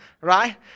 right